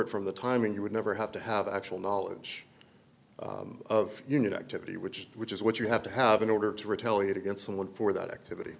r from the timing you would never have to have actual knowledge of union activity which which is what you have to have in order to retaliate against someone for that activity